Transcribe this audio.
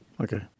Okay